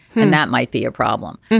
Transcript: and that might be a problem.